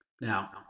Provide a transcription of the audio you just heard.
Now